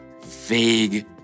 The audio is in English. vague